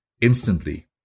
instantly